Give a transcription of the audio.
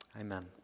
Amen